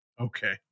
Okay